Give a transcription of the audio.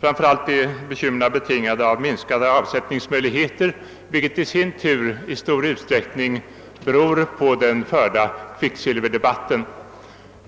Framför allt är bekymren betingade av minskade avsättningsmöjligheter, vilket i sin tur i stor utsträckning beror på den förda kvicksilverdebatten.